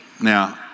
Now